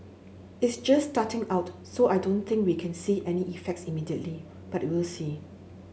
is just starting out so I don't think we can see any effects immediately but we'll see